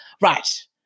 right